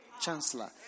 chancellor